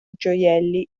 gioielli